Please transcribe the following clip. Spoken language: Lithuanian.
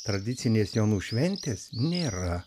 tradicinės jaunų šventės nėra